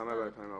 כמה היה ב-2014?